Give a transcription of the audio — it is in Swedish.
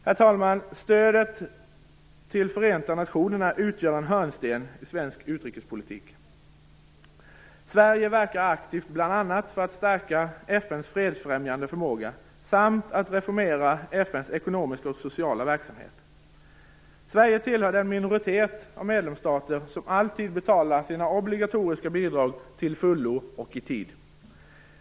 Herr talman! Stödet till Förenta nationerna utgör en hörnsten i svensk utrikespolitik. Sverige verkar aktivt bl.a. för att stärka FN:s fredsfrämjande förmåga samt att reformera FN:s ekonomiska och sociala verksamhet. Sverige hör till den minoritet av medlemsstater som alltid betalar sina obligatoriska bidrag till fullo och i tid.